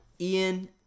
Ian